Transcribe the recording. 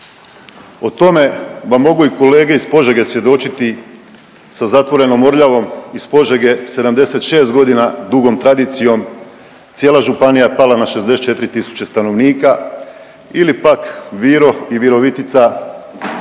O tome vam mogu i kolege iz Požege svjedočiti sa zatvorenom Orljavom iz Požege, 76 godina dugom tradicijom, cijela županija je pala na 64.000 stanovnika ili pak Viro i Virovitica,